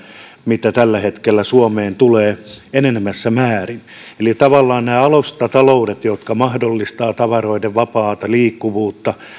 mitä tällä hetkellä suomeen tulee enenevässä määrin eli kun on tavallaan nämä alustataloudet jotka mahdollistavat tavaroiden vapaata liikkuvuutta